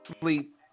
sleep